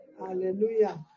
Hallelujah